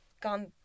gone